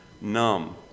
numb